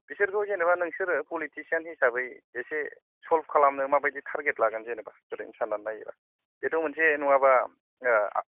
जेनेबा नोंसोरो पलितिसियान हिसाबै एसे सलब खालामनो माबायदि टारगेत लागोन जेनेबा साननानै नायोबा बेथ' मोनसे नङाबा ओ